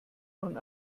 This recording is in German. von